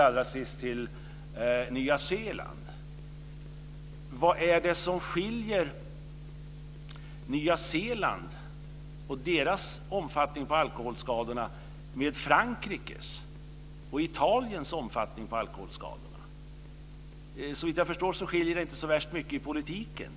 Allra sist vad gäller Nya Zeeland: Vad är det som skiljer omfattningen av alkoholskadorna i Nya Zeeland från den som finns i Frankrike och Italien? Såvitt jag förstår skiljer sig de länderna inte så värst mycket från varandra när det gäller politiken.